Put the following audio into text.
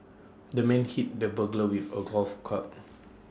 the man hit the burglar with A golf club